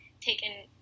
taken